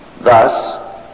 Thus